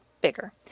bigger